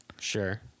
Sure